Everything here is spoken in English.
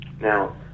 Now